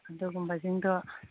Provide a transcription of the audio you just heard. ꯑꯗꯨꯒꯨꯝꯕꯁꯤꯡꯗꯣ